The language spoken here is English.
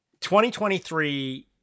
2023